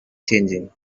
changing